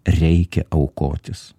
reikia aukotis